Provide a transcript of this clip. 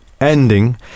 Ending